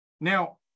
Now